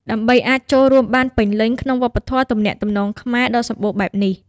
ដើម្បីអាចចូលរួមបានពេញលេញក្នុងវប្បធម៌ទំនាក់ទំនងខ្មែរដ៏សម្បូរបែបនេះ។